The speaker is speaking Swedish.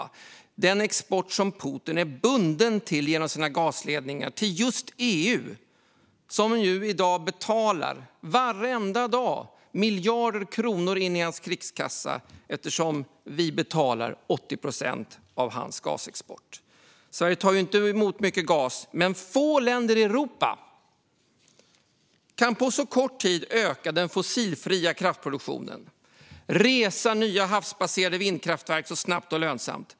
Det är en export som Putin är bunden till genom sina gasledningar till just EU, som nu varenda dag betalar miljarder kronor in i hans krigskassa. Vi betalar nämligen 80 procent av hans gasexport. Sverige tar inte emot mycket gas, men få länder i Europa kan på så kort tid som vi öka den fossilfria kraftproduktionen och snabbt och lönsamt resa nya havsbaserade vindkraftverk.